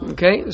Okay